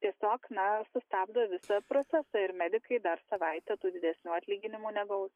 tiesiog na sustabdo visą procesą ir medikai dar savaitę tų didesnių atlyginimų negaus